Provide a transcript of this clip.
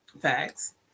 Facts